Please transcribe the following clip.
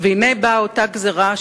והנה באה אותה גזירה,